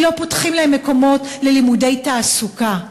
כי לא פותחים להן מקומות ללימודי תעסוקה?